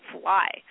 fly